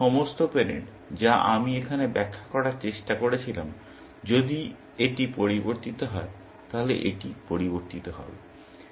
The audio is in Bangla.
সুতরাং সমস্ত প্যারেন্ট যা আমি এখানে ব্যাখ্যা করার চেষ্টা করছিলাম যদি এটি পরিবর্তিত হয় তাহলে এটি পরিবর্তন হবে